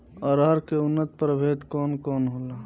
अरहर के उन्नत प्रभेद कौन कौनहोला?